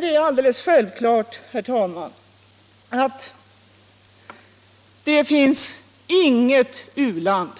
Det är alldeles självklart, herr talman, att det inte finns något u-land